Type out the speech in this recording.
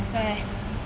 that's why